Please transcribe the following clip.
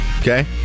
okay